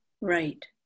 Right